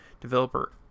Developer